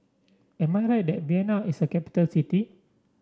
am I right that Vienna is a capital city